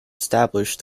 established